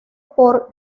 por